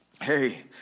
Hey